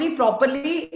properly